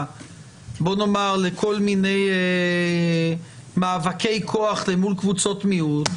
בוא נאמר לכל מיני מאבקי כוח למול קבוצות מיעוט,